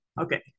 Okay